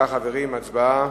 הצבעה.